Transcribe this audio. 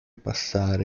passare